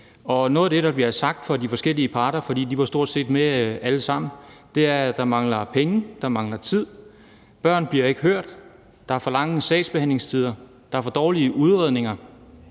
og noget af det, der blev sagt fra de forskellige parters side, var, at der mangler penge, at der mangler tid, at børn ikke bliver hørt, at der er for lange sagsbehandlingstider, og at der er for dårlige udredninger.